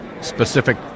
specific